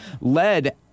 led